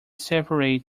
separate